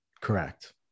Correct